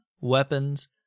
weapons